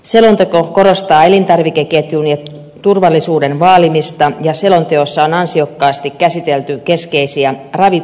selonteko korostaa elintarvikeketjun ja turvallisuuden vaalimista ja selonteossa on ansiokkaasti käsitelty keskeisiä ravitsemuksen haasteita